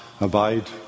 abide